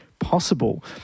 possible